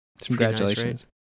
congratulations